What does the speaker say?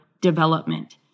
development